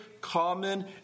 common